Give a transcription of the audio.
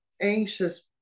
anxious